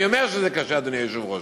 אני אומר שזה קשה, אדוני היושב-ראש,